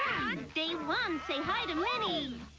day one say hi to minnie!